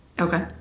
Okay